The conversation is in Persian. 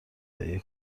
تهیه